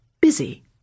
busy